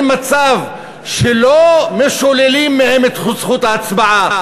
מצב שלא שוללים מהם את זכות ההצבעה,